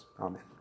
Amen